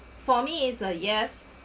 for me is a yes